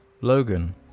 Logan